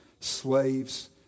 Slaves